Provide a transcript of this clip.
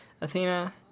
Athena